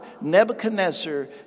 Nebuchadnezzar